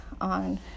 on